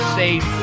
safe